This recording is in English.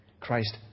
Christ